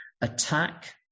attack